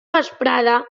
vesprada